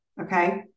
okay